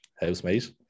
housemate